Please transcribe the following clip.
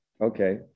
Okay